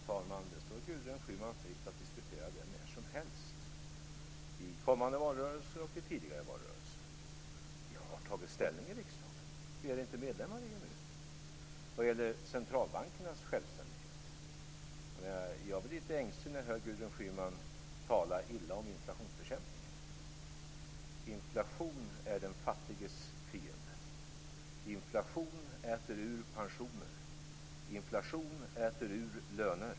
Fru talman! Det står Gudrun Schyman fritt att diskutera den frågan när som helst i kommande valrörelser och tidigare valrörelser. Vi har tagit ställning i riksdagen. Vi är inte medlemmar i EMU. Vad gäller centralbankernas självständighet vill jag säga att jag blir litet ängslig när jag hör Gudrun Schyman tala illa om inflationsbekämpningen. Inflation är den fattiges fiende. Inflation äter ur pensioner. Inflation äter ur löner.